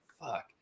Fuck